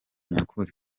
nyakuri